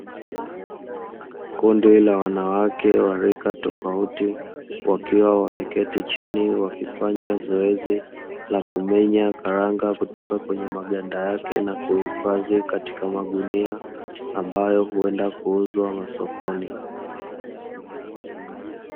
Kundi la wanawake wa rika tofauti wakiwa wameketi chini wakifanya zoezi la kumenya karanga kutoka kwenye maganda yake na kuhifadhi katika magunia ambayo huenda kuuzwa masokoni.